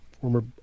former